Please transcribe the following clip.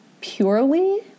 purely